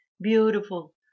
beautiful